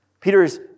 Peter's